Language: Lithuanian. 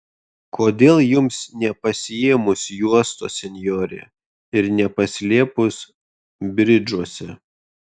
kodėl jums nepasiėmus juostos senjore ir nepaslėpus bridžuose